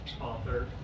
author